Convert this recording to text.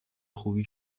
خوبی